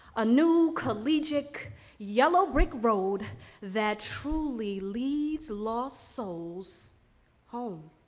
a new collegic yellow brick road that truly leads lost souls home